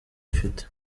mfite